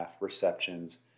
receptions